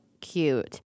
cute